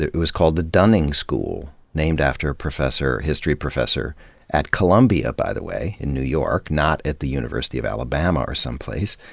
it was called the dunning school, named after a history professor at columbia, by the way, in new york, not at the university of alabama or someplace.